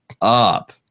up